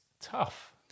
tough